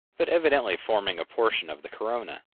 but evidently forming a portion of the corona.